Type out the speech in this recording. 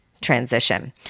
Transition